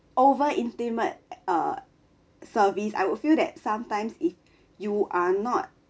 over intimate uh service I would feel that sometimes if you are not